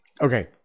okay